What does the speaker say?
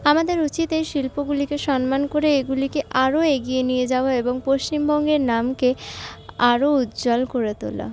আমাদের উচিত এই শিল্পগুলিকে সম্মান করে এগুলিকে আরো এগিয়ে নিয়ে যাওয়া এবং পশ্চিমবঙ্গের নামকে আরো উজ্জ্বল করে তোলা